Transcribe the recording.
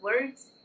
words